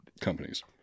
companies